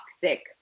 toxic